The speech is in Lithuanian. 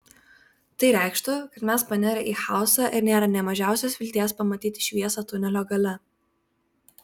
tai reikštų kad mes panirę į chaosą ir nėra nė mažiausios vilties pamatyti šviesą tunelio gale